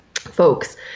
folks